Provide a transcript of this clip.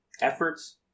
efforts